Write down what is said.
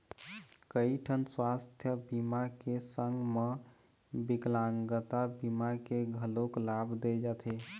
कइठन सुवास्थ बीमा के संग म बिकलांगता बीमा के घलोक लाभ दे जाथे